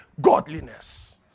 godliness